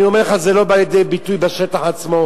אני אומר לך: זה לא בא לידי ביטוי בשטח עצמו.